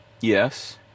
Yes